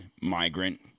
migrant